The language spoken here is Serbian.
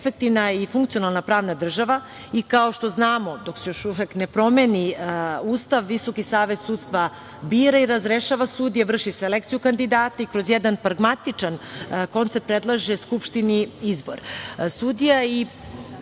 efektivna i funkcionalna pravna država. Kao što znamo, dok se još uvek ne promeni Ustav, Visoki savet sudstva bira i razrešava sudije, vrši selekciju kandidata i kroz jedan pragmatičan koncept predlaže Skupštini izbor